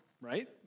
right